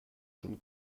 schon